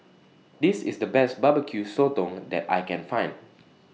This IS The Best Barbecue Sotong that I Can Find